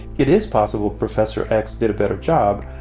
it is possible prof. ecks did a better job.